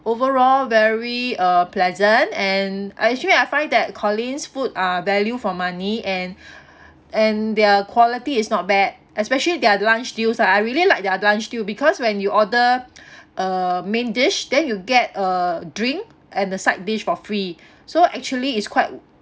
overall very uh pleasant and I actually I find that collin's food are value for money and and their quality is not bad especially their lunch deals ah I really like their lunch deal because when you order a main dish then you get a drink and the side dish for free so actually is quite